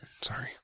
Sorry